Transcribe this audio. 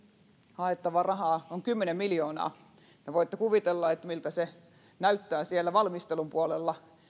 haettava raha on kymmenen miljoonaa voitte kuvitella miltä se näyttää siellä valmistelun puolella